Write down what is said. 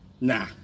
Nah